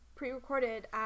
pre-recorded